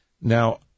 Now